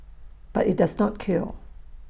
but IT does not cure